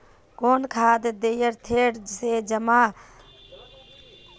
कौन खाद देथियेरे जे दाना में ओजन होते रेह?